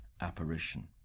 apparition